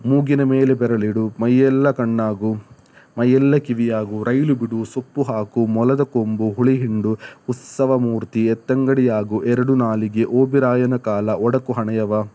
ಮೂಗಿನ ಮೇಲೆ ಬೆರಳಿಡು ಮೈಯೆಲ್ಲಾ ಕಣ್ಣಾಗು ಮೈಯೆಲ್ಲಾ ಕಿವಿಯಾಗು ರೈಲು ಬಿಡು ಸೊಪ್ಪು ಹಾಕು ಮೊಲದ ಕೊಂಬು ಹುಳಿ ಹಿಂಡು ಉತ್ಸವ ಮೂರ್ತಿ ಎತ್ತಂಗಡಿಯಾಗು ಎರಡು ನಾಲಿಗೆ ಓಬಿರಾಯನ ಕಾಲ ಒಡಕು ಹಣೆಯವ